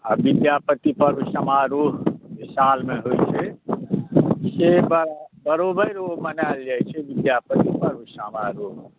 आ विद्यापति पर्व समारोह साल मे होइ छै से पर्व बरोबर मनायल जाय छै विद्यापति पर्व समारोह